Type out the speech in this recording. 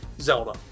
Zelda